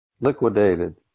liquidated